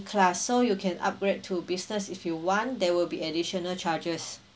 class so you can upgrade to business if you want there will be additional charges